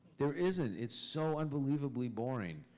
there isn't. it's so unbelievably boring.